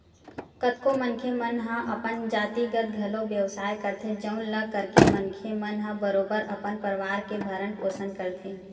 कतको मनखे मन हा अपन जातिगत घलो बेवसाय करथे जउन ल करके मनखे मन ह बरोबर अपन परवार के भरन पोसन करथे